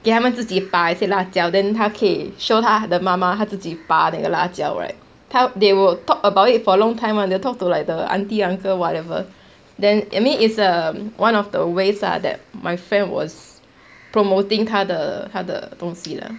给他们自己拔一些辣椒 then 他可以 show 他的妈妈他自己拔那个辣椒 right 他 they will talk about it for a long time [one] they will talk to like the auntie uncle whatever then I mean is a um one of the ways that my friend was promoting 他的他的东西 lah